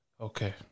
Okay